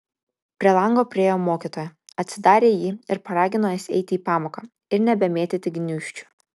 prie lango priėjo mokytoja atsidarė jį ir paragino juos eiti į pamoką ir nebemėtyti gniūžčių